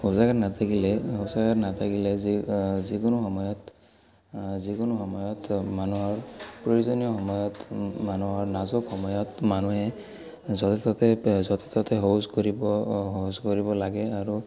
শৌচাগাৰ নাথাকিলে শৌচাগাৰ নাথাকিলে যি যিকোনো সময়ত যিকোনো সময়ত মানুহৰ প্ৰয়োজনীয় সময়ত মানুহৰ নাজুক সময়ত মানুহে য'তে ত'তে য'তে ত'তে শৌচ কৰিব শৌচ কৰিব লাগে আৰু